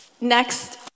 Next